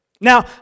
Now